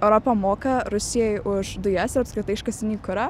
europa moka rusijai už dujas ir apskritai iškastinį kurą